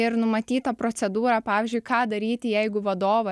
ir numatytą procedūrą pavyzdžiui ką daryti jeigu vadovas